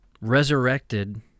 resurrected